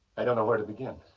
i don't know where to begin.